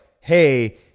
Hey